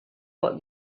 what